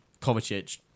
Kovacic